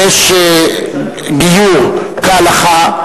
אני חושב שיש גיור כהלכה,